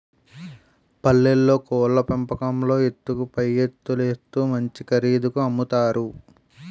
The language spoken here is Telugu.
పల్లెల్లో కోళ్లు పెంపకంలో ఎత్తుకు పైఎత్తులేత్తు మంచి ఖరీదుకి అమ్ముతారు